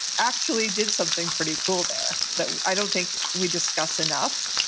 actually did something pretty cool there that i don't think we discussed enough.